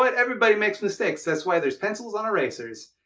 but everybody makes mistakes. that's why there's pencils on our razors.